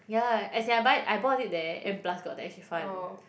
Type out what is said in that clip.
ya as in I buy I bought it there and plus got tax refund